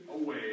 away